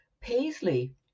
Paisley